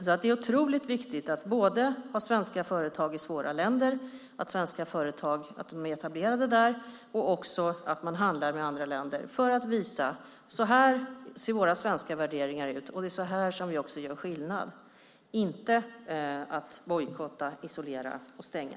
Det är alltså otroligt viktigt att ha svenska företag i svåra länder, att svenska företag är etablerade där och att man handlar med andra länder för att visa hur våra svenska värderingar ser ut. Det är så vi gör skillnad, inte genom att bojkotta, isolera och stänga.